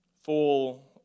full